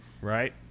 Right